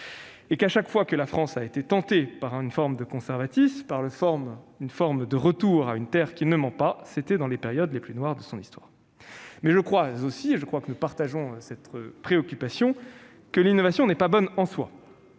que quand la France a été tentée par une forme de conservatisme, de retour à une terre qui « ne ment pas », c'était toujours dans les périodes les plus noires de son histoire. Mais je crois aussi- et je crois que nous partageons cette préoccupation -que l'innovation n'est pas bonne en soi,